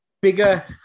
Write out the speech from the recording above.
Bigger